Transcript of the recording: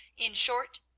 in short,